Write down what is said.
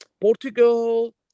Portugal